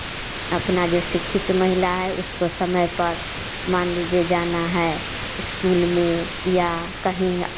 अपना जो शिक्षित महिला है उसको समय पर मान लीजिए जाना स्कूल में या कहीं